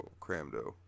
cramdo